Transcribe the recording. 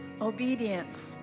Obedience